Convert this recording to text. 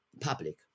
public